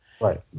Right